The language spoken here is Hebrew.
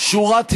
שורת היגיון,